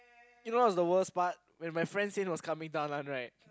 you know what's the worst part when my friend's hand was coming down one right